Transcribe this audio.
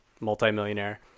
multimillionaire